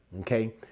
Okay